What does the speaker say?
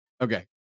Okay